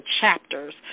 chapters